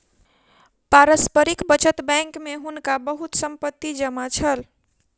पारस्परिक बचत बैंक में हुनका बहुत संपत्ति जमा छल